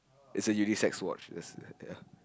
it's a unisex watch this ya